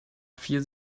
vier